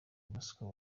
bosco